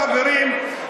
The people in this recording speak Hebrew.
חברים,